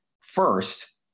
first